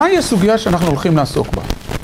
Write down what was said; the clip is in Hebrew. מהי הסוגיא שאנחנו הולכים לעסוק בה?